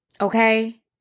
Okay